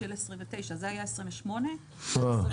של 29. זה היה 28. עכשיו